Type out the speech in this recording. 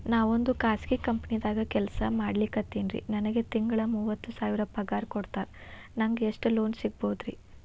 ನಾವೊಂದು ಖಾಸಗಿ ಕಂಪನಿದಾಗ ಕೆಲ್ಸ ಮಾಡ್ಲಿಕತ್ತಿನ್ರಿ, ನನಗೆ ತಿಂಗಳ ಮೂವತ್ತು ಸಾವಿರ ಪಗಾರ್ ಕೊಡ್ತಾರ, ನಂಗ್ ಎಷ್ಟು ಲೋನ್ ಸಿಗಬೋದ ರಿ?